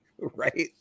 Right